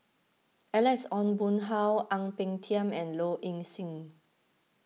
Alex Ong Boon Hau Ang Peng Tiam and Low Ing Sing